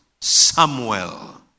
Samuel